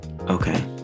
Okay